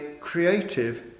creative